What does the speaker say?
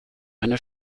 eine